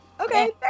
okay